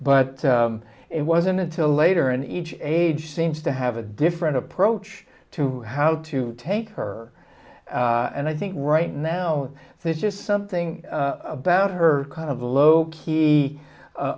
but it wasn't until later and each age seems to have a different approach to how to take her and i think right now there's just something about her kind of a low key